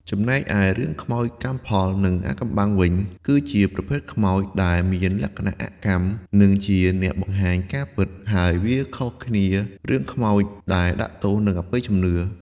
ចំំណែកឯរឿងខ្មោចកម្មផល និងអាថ៌កំបាំងវិញ គឺជាប្រភេទខ្មោចដែល មានលក្ខណៈអកម្ម និងជាអ្នកបង្ហាញការពិត ហើយវាខុសគ្នារឿងខ្មោចដែលដាក់ទោស និងអបិយជំនឿ។